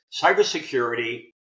cybersecurity